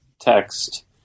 text